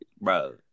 bro